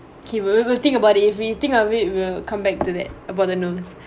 okay we will we'll think about if we think of it we will come back to that about the nose